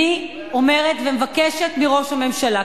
אני אומרת ומבקשת מראש הממשלה,